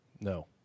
No